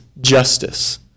justice